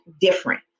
different